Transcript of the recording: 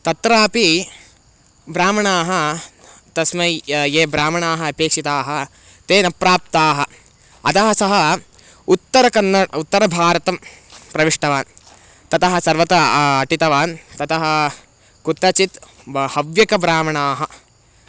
तत्रापि ब्राह्मणाः तस्मै यः ये ब्राह्मणाः अपेक्षिताः ते न प्राप्ताः अतः सः उत्तरकन्नड उत्तरभारतं प्रविष्टवान् ततः सर्वत्र अटितवान् ततः कुत्रचित् ब् हव्यकब्राह्मणाः